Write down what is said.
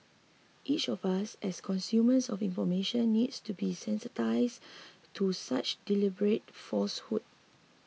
each of us as consumers of information needs to be sensitised to such deliberate falsehood